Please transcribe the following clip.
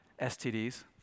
STDs